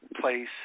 place